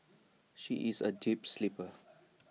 she is A deep sleeper